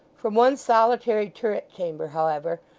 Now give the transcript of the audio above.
from one solitary turret-chamber, however,